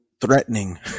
threatening